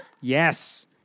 Yes